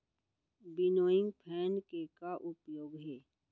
Winnowing fan के का उपयोग हे?